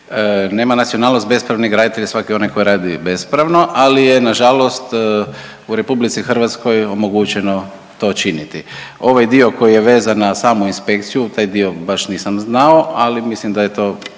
Nema nacionalnost. Bespravni graditelj je svaki onaj tko radi bespravno. Ali je na žalost u Republici Hrvatskoj omogućeno to činiti. Ovaj dio koji je vezan na samu inspekciju, taj dio baš nisam znao. Ali mislim da je to